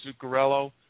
Zuccarello